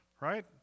right